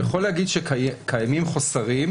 אני יכול להגיד שקיימים חוסרים,